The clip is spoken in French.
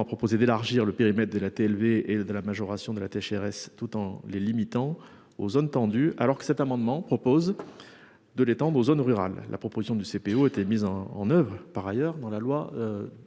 a proposé d'élargir le périmètre de la tu élevés et de la majoration de la sécheresse, tout en les limitant aux zones tendues. Alors que cet amendement propose. De l'étendre aux zones rurales. La proposition de CPO était mise en, en oeuvre par ailleurs dans la loi.